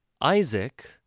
Isaac